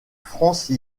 france